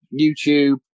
YouTube